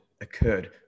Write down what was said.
Occurred